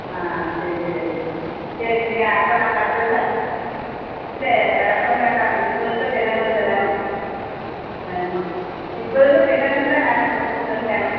ஆ சரி சரி சரி நீங்கள் அப்போ நாங்கள் அட்ரெஸ் அனுப்பணும் இல்லை வேறு ஒன்றும் வேண்டாம் இந்த இப்போ இருக்கில்ல தென்னங்கன்று தான் வேணும் ஆமாம் இப்போ இருக்கிற தென்னங்கன்று தான் வேணும் ஒரு நூறு கன்று வேணும்